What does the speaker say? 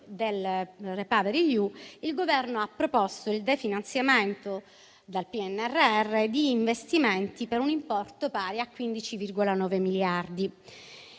del citato piano, ha proposto il definanziamento dal PNRR di investimenti per un importo pari a 15,9 miliardi.